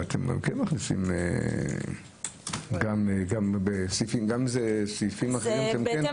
אבל אתם כן מכניסים גם סעיפים אחרים -- זה בהתאם